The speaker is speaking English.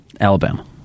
Alabama